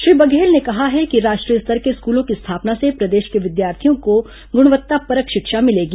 श्री बघेल ने कहा है कि राष्ट्रीय स्तर के स्कूलों की स्थापना से प्रदेश के विद्यार्थियों को गुणवत्तापरख शिक्षा मिलेगी